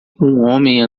homem